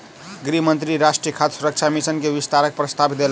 गृह मंत्री राष्ट्रीय खाद्य सुरक्षा मिशन के विस्तारक प्रस्ताव देलैन